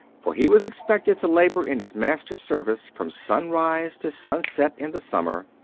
for he was expected to labor in his master's service from sunrise to sunset in the summer,